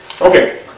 Okay